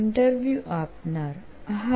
interview આપનાર હા